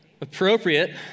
Appropriate